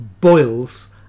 boils